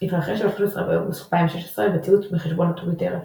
התרחש ב-13 באוגוסט 2016 בציוץ מחשבון הטוויטר "@shadowbrokerss"